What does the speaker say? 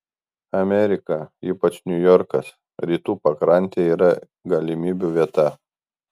amerika ypač niujorkas rytų pakrantė yra galimybių vieta